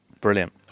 brilliant